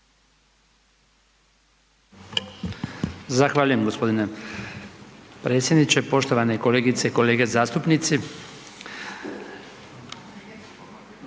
Zahvaljujem g. predsjedniče. Poštovane kolegice i kolege zastupnici,